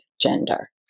gender